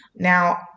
Now